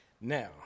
now